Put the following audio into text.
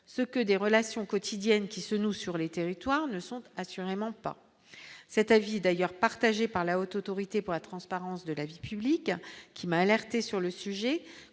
ce que des relations quotidiennes qui se noue sur les territoires ne sont assurément pas cet avis d'ailleurs partagé par la Haute autorité pour la transparence de la vie publique qui m'a alerté sur le sujet,